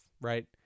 Right